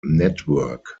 network